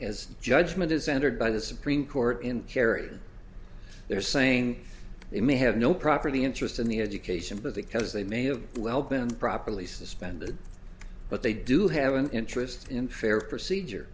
as judgment is entered by the supreme court in kerry they're saying they may have no property interest in the education but because they may have well been properly suspended but they do have an interest in fair procedure